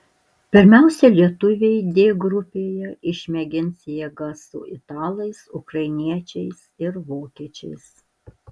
pirmiausia lietuviai d grupėje išmėgins jėgas su italais ukrainiečiais ir vokiečiais